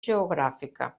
geogràfica